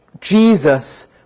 Jesus